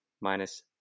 minus